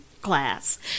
class